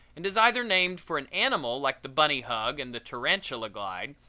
and is either named for an animal, like the bunny hug and the tarantula glide,